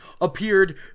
appeared